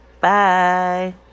Bye